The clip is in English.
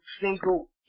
single